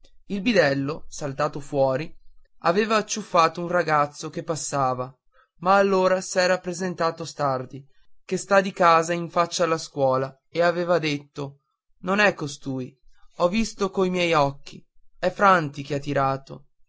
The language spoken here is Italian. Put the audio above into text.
il bidello saltato fuori aveva acciuffato un ragazzo che passava ma allora s'era presentato stardi che sta di casa in faccia alla scuola e aveva detto non è costui ho visto coi miei occhi è franti che ha tirato